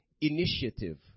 initiative